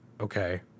okay